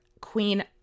queen